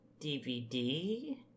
DVD